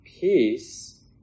peace